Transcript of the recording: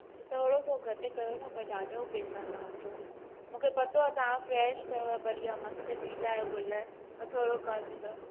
अछा थोरो सो घटि कयो न भई ॾाढो पैसा था वठो मूंखे पतो आहे तव्हां वटि फ्रैश अथव बढ़िया मस्तु ॾींदा आहियो गुल त थोरो घटि कयो